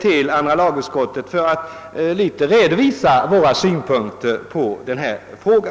till andra lagutskottets utlåtande nr 26 för att i någon mån redovisa våra synpunkter på denna fråga.